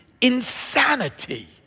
insanity